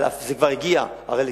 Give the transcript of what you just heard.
הרי זה כבר הגיע לכ-20,000.